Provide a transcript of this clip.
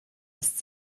ist